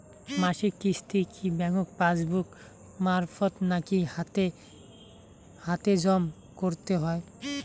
মাসিক কিস্তি কি ব্যাংক পাসবুক মারফত নাকি হাতে হাতেজম করতে হয়?